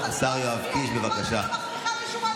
אני לא כופה על אף אחד.